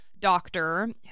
doctor